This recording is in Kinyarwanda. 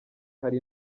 hari